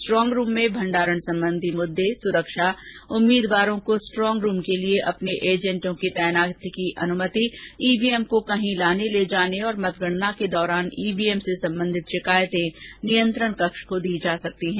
strong room में भंडारण संबंधी मुद्दे सुरक्षा उम्मीदवारों को स्ट्रांगरूम के लिए अपने एजेंटों की तैनाती की अनुमति ईवीएम को कहीं लाने ले जाने और मतगणना के दौरान ईवीएम से संबंधित शिकायतें नियंत्रण कक्ष को दी जा सकती हैं